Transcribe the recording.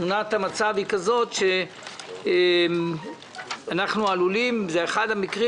תמונת המצב היא כזו שזה אחד המקרים